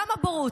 למה בורות?